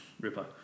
Ripper